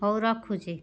ହଉ ରଖୁଛି